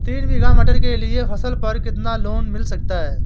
तीन बीघा मटर के लिए फसल पर कितना लोन मिल सकता है?